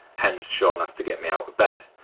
hence shaun has to get me out of bed.